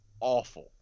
awful